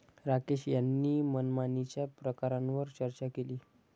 राकेश यांनी मनमानीच्या प्रकारांवर चर्चा केली